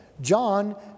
John